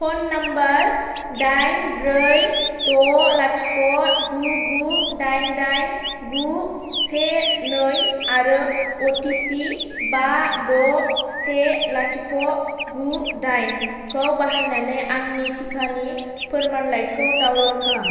phone number दाइन ब्रै द' लाथिख' गु गु दाइन दाइन गु से नै आरो अटिपि बा द' से लाथिख' गु दाइनखौ बाहायनानै आंनि टिकानि फोरमानलाइखौ डाउनल'ड खालाम